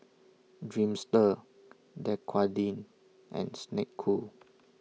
Dreamster Dequadin and Snek Ku